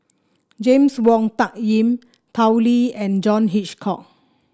James Wong Tuck Yim Tao Li and John Hitchcock